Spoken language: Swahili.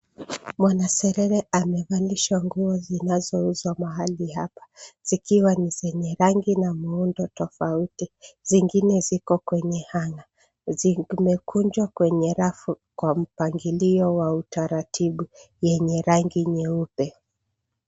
Mwanaserere amevalishwa nguo zinazouzwa mahali hapa, zikiwa zenye rangi na muundo tofauti, zingine ziko kwenye hanger zimekunjwa kwenye rafu kwa mpangilio wa utaratibu yenye rangi nyeupe.